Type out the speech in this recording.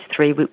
three